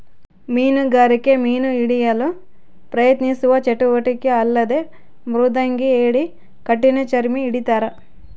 ಮೀನುಗಾರಿಕೆ ಮೀನು ಹಿಡಿಯಲು ಪ್ರಯತ್ನಿಸುವ ಚಟುವಟಿಕೆ ಅಲ್ಲದೆ ಮೃದಂಗಿ ಏಡಿ ಕಠಿಣಚರ್ಮಿ ಹಿಡಿತಾರ